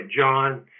John